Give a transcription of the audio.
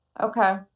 Okay